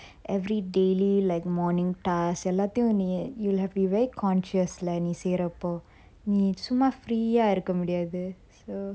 every daily like morning task your எல்லாத்தையும் நீ:ellathayum nee you'll have be very conscious leh நீ செய்றப்போ நீ சும்மா:nee seyrappo nee summa free ah இருக்க முடியாது:irukka mudiyathu so